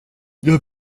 jag